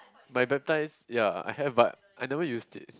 my baptise ya I have but I never used it